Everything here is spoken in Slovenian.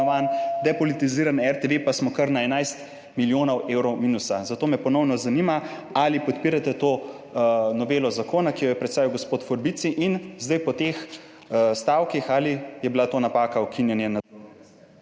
depolitizirani RTV, pa smo na kar 11 milijonih evrov minusa. Zato me ponovno zanima, ali podpirate to novelo zakona, ki jo je predstavil gospod Forbici, in zdaj po teh stavkih, ali je bilo ukinjanje